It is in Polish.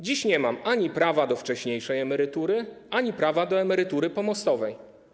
Dziś nie mam ani prawa do wcześniejszej emerytury, ani prawa do emerytury pomostowej.